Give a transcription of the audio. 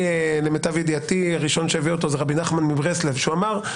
שלמיטב ידיעתי הראשון שהביא אותו היה רבי נחמן מברסלב שאמר,